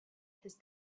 his